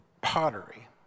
pottery